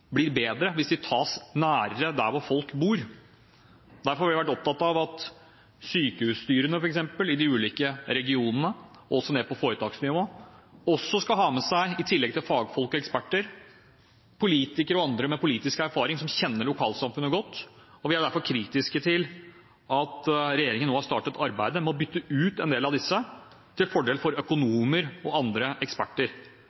blir bedre hvis de tas nærmere der folk bor. Derfor har vi vært opptatt av at f.eks. sykehusstyrene i de ulike regionene – også ned på foretaksnivå – i tillegg til fagfolk og eksperter også skal ha med seg politikere og andre med politisk erfaring som kjenner lokalsamfunnet godt. Vi er derfor kritiske til at regjeringen nå har startet arbeidet med å bytte ut en del av disse til fordel for